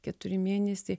keturi mėnesiai